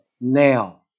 now